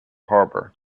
harbor